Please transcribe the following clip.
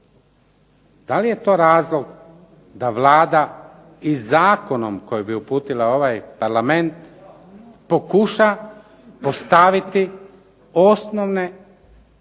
Da li je to razlog da Vlada i zakonom koji bi uputila u ovaj parlament pokuša postaviti osnovne